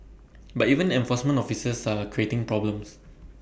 but even enforcement officers are creating problems